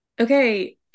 Okay